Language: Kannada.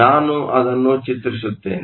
ನಾನು ಅದನ್ನು ಚಿತ್ರಿಸುತ್ತೇನೆ